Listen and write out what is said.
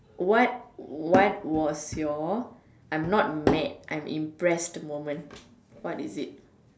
what what was your I'm not mad I'm impressed moment what is it